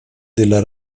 della